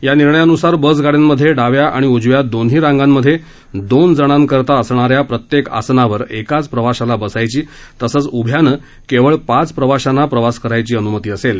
या निर्णयान्सार बस गाड्यांमध्ये डाव्या आणि उजव्या दोन्ही रांगांमध्ये दोन जणांकरता असणाऱ्या प्रत्येक आसनावर एकाच प्रवाशाला बसायची तसच उभ्यानं केवळ पाच प्रवाशांना प्रवास करायची अन्मती असेल